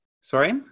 Sorry